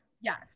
yes